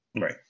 Right